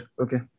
okay